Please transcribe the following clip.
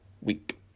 week